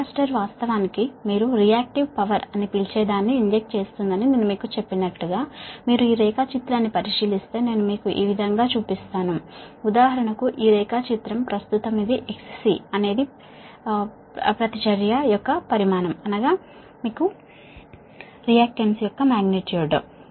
capacitor వాస్తవానికి మీరు reactive power అని పిలిచే దాన్ని ఇంజెక్ట్ చేస్తుందని నేను మీకు చెప్పినట్లుగా మీరు ఈ డయాగ్రమ్ ని పరిశీలిస్తే నేను మీకు ఈ విధంగా చూపిస్తాను ఉదాహరణకు ఇది డయాగ్రమ్ ఇది XC అనేది రియాక్టన్స్ యొక్క మాగ్నిట్యూడ్ 1ωC